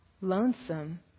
lonesome